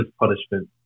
punishment